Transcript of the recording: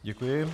Děkuji.